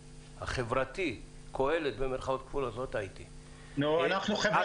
קהלת במירכאות כפולות -- אנחנו חברתי